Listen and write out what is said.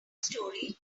story